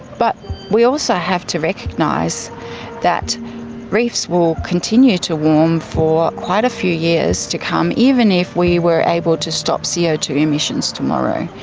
but we also have to recognise that reefs will continue to warm for quite a few years to come, even if we were able to stop c o two emissions tomorrow.